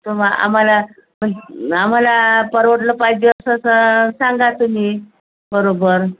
तुम्हा आम्हाला मग आम्हाला परवडलं पाहिजे असं सांगा तुम्ही बरोबर